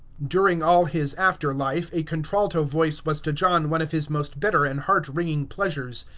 during all his after life a contralto voice was to john one of his most bitter and heart-wringing pleasures.